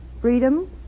Freedom